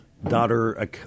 Daughter